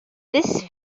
this